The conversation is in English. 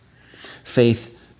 Faith